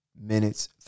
minutes